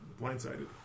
blindsided